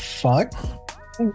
fuck